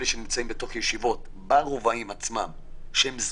אלה שנמצאים בתוך ישיבות ברובעים עצמם שהם ממילא